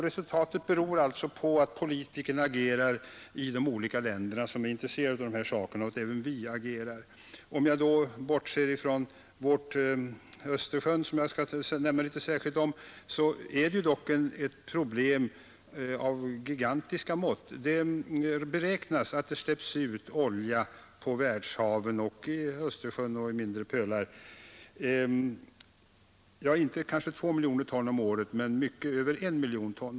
Resultatet beror på hur politikerna i de olika länder som är intresserade agerar, alltså även hur vi agerar. Om jag bortser från vårt intresse av Östersjön, som jag skall beröra särskilt, är det här ett problem av gigantiska mått. Det beräknas att den mängd olja som släpps ut på världshaven, i Östersjön och andra innanhav, uppgår till kanske inte 2 miljoner ton om året, men mycket över 1 miljon ton.